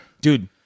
Dude